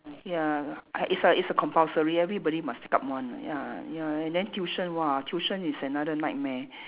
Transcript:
ya I it's a it's a compulsory everybody must take up one ya ya and then tuition !wah! tuition is another nightmare